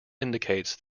indicates